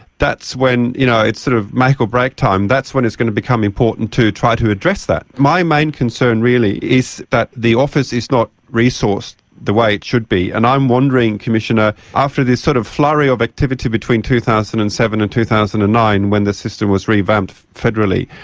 that's when, you know, it's sort of make or break time, that's when it's going to become important to try to address that. my main concern really is that the office is not resourced the way it should be, and i'm wondering, commissioner, after this sort of flurry of activity between two thousand and seven and two thousand and nine when the system was revamped federally,